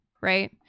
right